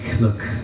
look